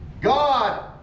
God